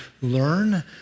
learn